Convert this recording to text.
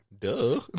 duh